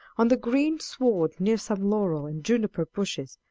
on the green sward near some laurel and juniper bushes,